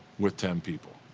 with ten people.